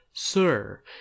sir